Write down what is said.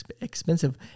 expensive